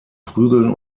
prügeln